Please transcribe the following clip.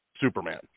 Superman